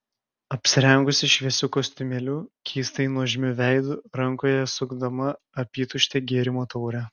apsirengusi šviesiu kostiumėliu keistai nuožmiu veidu rankoje sukdama apytuštę gėrimo taurę